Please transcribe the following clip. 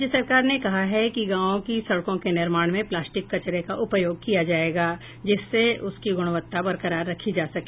राज्य सरकार ने कहा है कि गांवों की सड़कों के निर्माण में प्लास्टिक कचरे का उपयोग किया जायेगा जिससे उसकी गुणवत्ता बरकरार रखी जा सके